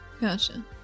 Gotcha